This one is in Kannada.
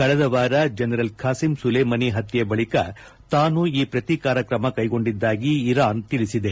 ಕಳೆದ ವಾರ ಜನರಲ್ ಖಾಸಿಂ ಸುಲೇಮನಿ ಹತ್ವೆ ಬಳಿಕ ತಾನು ಈ ಪ್ರತೀಕಾರ ಕ್ರಮ ಕ್ವೆಗೊಂಡಿದ್ದಾಗಿ ಇರಾನ್ ತಿಳಿಸಿದೆ